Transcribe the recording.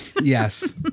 Yes